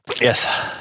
Yes